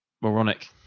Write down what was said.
moronic